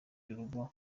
y’urugo